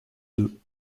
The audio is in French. deux